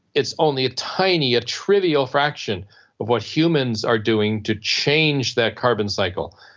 it's only a tiny, trivial fraction of what humans are doing to change that carbon cycle.